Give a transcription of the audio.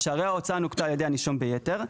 "שהרי ההוצאה נוכתה על ידי הנישום ביתר,